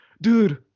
dude